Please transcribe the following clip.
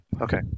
Okay